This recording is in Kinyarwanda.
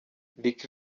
lick